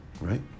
Right